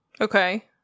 Okay